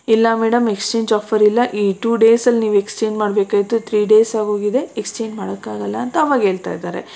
ಇಲ್ಲ madam exchange offer ಇಲ್ಲ ಈ ಟು ಡೇಸಲ್ಲಿ ನೀವು ಎಕ್ಸ್ಚೇಂಜ್ ಮಾಡ್ಬೇಕಾಯಿತು ತ್ರೀ ಡೇಸ್ ಆಗೋಗಿದೆ ಎಕ್ಸ್ಚೇಂಜ್ ಮಾಡೋಕ್ಕಾಗಲ್ಲ ಅಂತ ಆವಾಗ ಹೇಳ್ತಾಯಿದ್ದಾರೆ